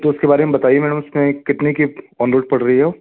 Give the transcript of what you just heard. तो उसके बारे में बताइए मैडम उसमें कितने की ऑन रूट पर रही है ओ